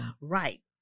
right